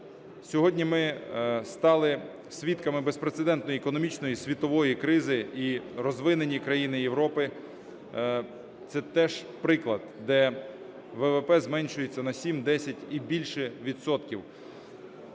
Сьогодні ми стали свідками безпрецедентної економічної світової кризи, і розвинені країни Європи - це теж приклад, де ВВП зменшується на 7-10 і більше відсотків.